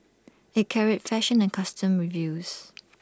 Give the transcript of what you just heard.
IT carried fashion and costume reviews